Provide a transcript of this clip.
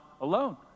alone